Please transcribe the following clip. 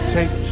Take